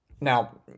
Now